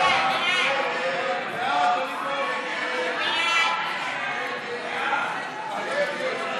ההסתייגות לחלופין של חבר הכנסת דוד אמסלם לסעיף 1